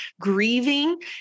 grieving